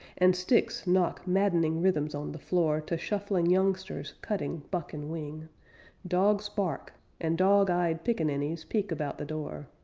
and sticks knock maddening rhythms on the floor to shuffling youngsters cutting buck-and-wing dogs bark and dog-eyed pickaninnies peek about the door.